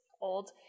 old